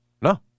No